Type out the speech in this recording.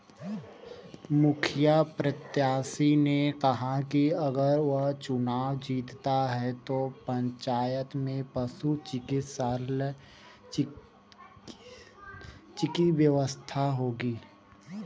मुखिया प्रत्याशी ने कहा कि अगर वो चुनाव जीतता है तो पंचायत में पशु चिकित्सा की व्यवस्था होगी